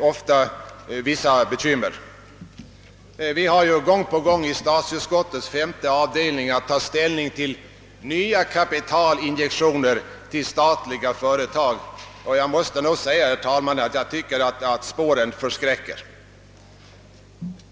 ofta vissa bekymmer. Vi har gång på gång i statsutskottets femte avdelning att ta ställning till nya kapitalinjektioner till statliga företag, och jag måste nog säga, herr talman, att spåren förskräcker.